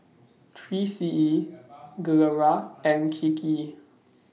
three C E Gilera and Kiki